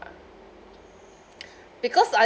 because I